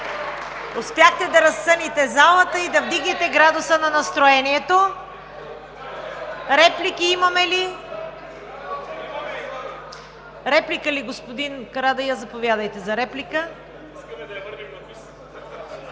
Успяхте да разсъните залата и да вдигнете градуса на настроението. Реплики има ли? Господин Карадайъ, заповядайте за реплика.